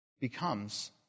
becomes